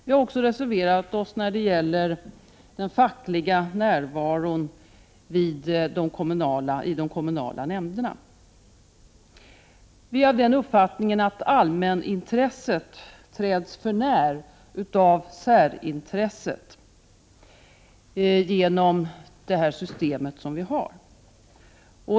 Vi har också reserverat oss beträffande den fackliga närvaron i kommunala nämnder. Vi är av den uppfattningen att allmänintresset träds för när av särintresset genom det system som vi har.